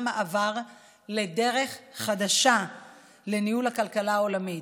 מעבר לדרך חדשה לניהול הכלכלה העולמית.